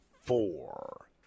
four